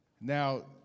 Now